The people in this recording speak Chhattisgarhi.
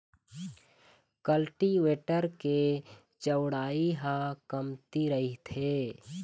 कल्टीवेटर के चउड़ई ह कमती रहिथे